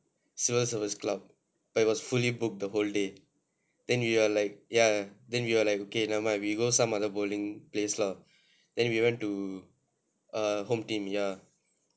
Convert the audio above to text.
civil service club but it was fully booked the whole day then we are like ya then we're like okay never mind we go some other bowling place lah then we went to uh home team ya